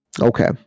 Okay